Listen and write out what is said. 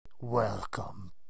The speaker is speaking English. Welcome